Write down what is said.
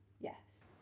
yes